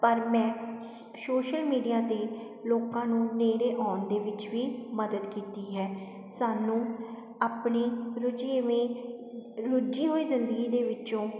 ਪਰ ਮੈਂ ਸੋ ਸ਼ੋਸ਼ਲ ਮੀਡੀਆ 'ਤੇ ਲੋਕਾਂ ਨੂੰ ਨੇੜੇ ਆਉਣ ਦੇ ਵਿੱਚ ਵੀ ਮਦਦ ਕੀਤੀ ਹੈ ਸਾਨੂੰ ਆਪਣੇ ਰੁਝੇਵੇਂ ਰੁੱਝੀ ਹੋਈ ਜ਼ਿੰਦਗੀ ਦੇ ਵਿੱਚੋਂ